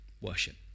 worship